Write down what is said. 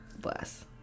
Bless